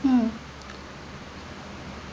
mm